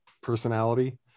personality